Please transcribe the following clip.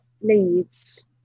leads